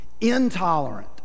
intolerant